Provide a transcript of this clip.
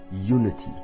unity